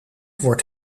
wordt